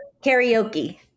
karaoke